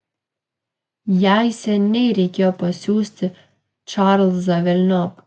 jai seniai reikėjo pasiųsti čarlzą velniop